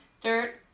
dirt